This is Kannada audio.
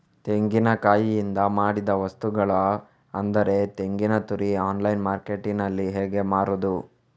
ತೆಂಗಿನಕಾಯಿಯಿಂದ ಮಾಡಿದ ವಸ್ತುಗಳು ಅಂದರೆ ತೆಂಗಿನತುರಿ ಆನ್ಲೈನ್ ಮಾರ್ಕೆಟ್ಟಿನಲ್ಲಿ ಹೇಗೆ ಮಾರುದು?